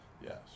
Yes